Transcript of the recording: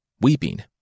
weeping